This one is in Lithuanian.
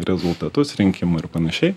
rezultatus rinkimų ir panašiai